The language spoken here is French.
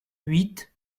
huit